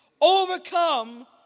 overcome